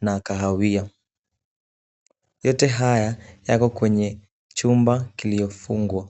na kahawia. Yote haya yako kwenye chumba kiliyofungwa.